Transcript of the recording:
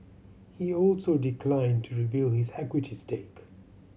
he also declined to reveal his equity stake